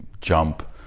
jump